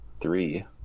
three